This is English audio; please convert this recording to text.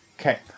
Okay